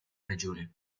regione